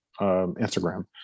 Instagram